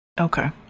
Okay